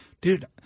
dude